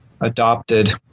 adopted